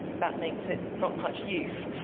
that makes it not much use.